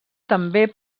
també